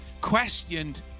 questioned